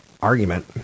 argument